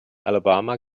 alabama